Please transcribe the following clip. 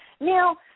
Now